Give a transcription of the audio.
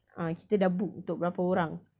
ah kita dah book untuk berapa orang